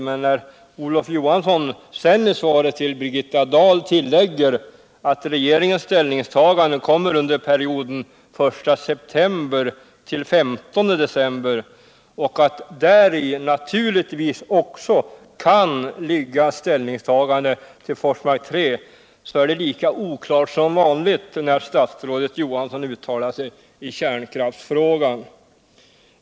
men när Olot Johansson sedan i svaret till Birgitta Dahl tillägger att regeringens ställningstagande kommer under perioden I september-15 december. och att däri naturligtvis också kan ligga ställningstagande vill Forsmark 3, så är det lika oklart som vanligt när statsrådet Johansson uttalar sig i kärnkraftsfrågan.